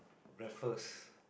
Raffles